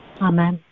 Amen